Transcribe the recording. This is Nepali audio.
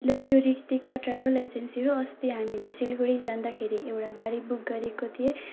हेलो यो रीतिका ट्राभल एजेन्सी हो अस्ति हामीले सिलगढी जाँदाखेरि एउटा गाडी बुक गरेको थिएँ